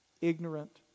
ignorant